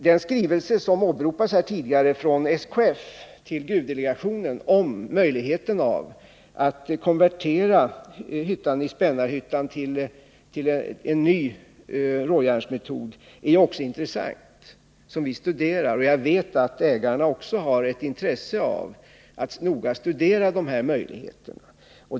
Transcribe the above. Den skrivelse som åberopats här tidigare från SKF till gruvdelegationen om möjligheten att konvertera hyttan i Spännarhyttan till en ny råjärnsmetod är också intressant, och vi har studerat det förslaget. Jag vet att ägarna också har ett intresse av att noga studera de här möjligheterna.